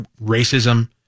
racism